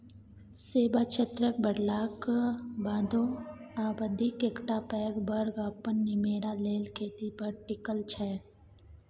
सेबा क्षेत्र बढ़लाक बादो आबादीक एकटा पैघ बर्ग अपन निमेरा लेल खेती पर टिकल छै